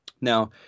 Now